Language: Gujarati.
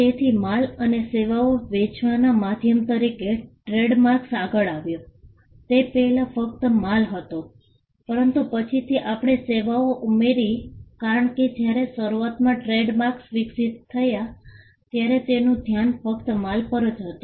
તેથી માલ અને સેવાઓ વેચવાના માધ્યમ તરીકે ટ્રેડમાર્ક્સ આગળ આવ્યો તે પહેલાં ફક્ત માલ હતો પરંતુ પછીથી આપણે સેવાઓ ઉમેરી કારણ કે જ્યારે શરૂઆતમાં ટ્રેડમાર્ક વિકસિત થયા ત્યારે તેનું ધ્યાન ફક્ત માલ પર જ હતું